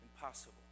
Impossible